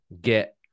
get